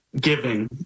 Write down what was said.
giving